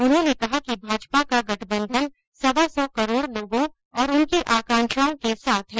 उन्होंने कहा कि भाजपा का गठबंधन सवा सौ करोड़ लोगों और उनकी आकांक्षाओं के साथ है